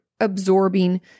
absorbing